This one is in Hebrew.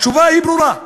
התשובה היא ברורה.